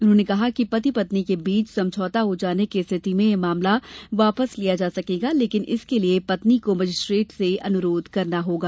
उन्होंने कहा कि पति पत्नी के बीच समझौता हो जाने की स्थिति में यह मामला वापस लिया जा सकेगा लेकिन इसके लिए पत्नी को मजिस्ट्रेट से अनुरोध करना होगा